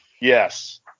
Yes